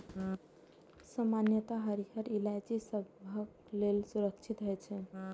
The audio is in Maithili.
सामान्यतः हरियर इलायची सबहक लेल सुरक्षित होइ छै